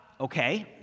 Okay